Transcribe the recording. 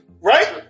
right